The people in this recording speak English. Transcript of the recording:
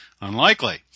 unlikely